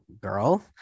girl